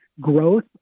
growth